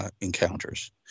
encounters